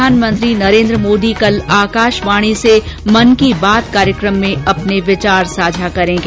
प्रधानमंत्री नरेन्द्र मोदी कल आकाशवाणी से मन की बात कार्यक्रम में अपने विचार साझा करेंगे